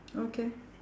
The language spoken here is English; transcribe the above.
okay